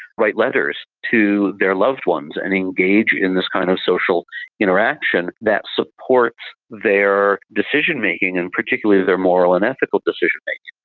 write letters to their loved ones and engage in this kind of social interaction that supports their decision-making and particularly their moral and ethical decision-making.